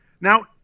now